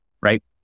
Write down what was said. right